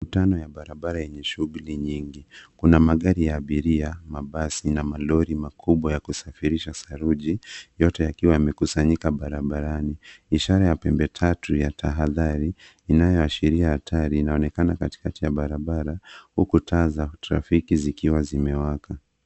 Mikutano ya barabara yenye shughuli nyingi. Kuna magari ya abiria, mabasi na malori makubwa ya kusafirisha saruji yote yakiwa yamekusanyika barabarani .Ishara ya pembe tatu ya tahadhari inayoashiria hatari inaonekana katikati ya barabara huku taa za trafiki zikiwa zimewaka.